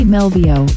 Melvio